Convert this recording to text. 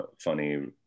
funny